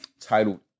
titled